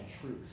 truth